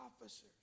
officers